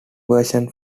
vision